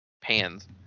pans